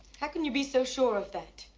how can you be so sure of that?